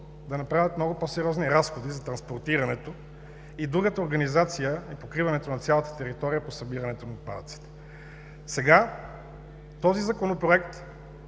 да направят много по-сериозни разходи за транспортирането и другата организация, и покриването на цялата територия по събирането на отпадъците. Сега този Законопроект